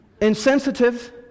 insensitive